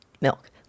milk